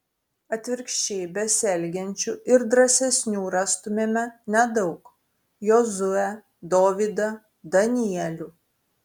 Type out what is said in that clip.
atvirkščiai besielgiančių ir drąsesnių rastumėme nedaug jozuę dovydą danielių